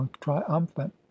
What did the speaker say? triumphant